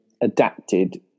adapted